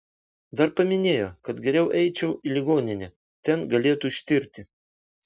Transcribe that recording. dar paminėjo kad geriau eičiau į ligoninę ten galėtų ištirti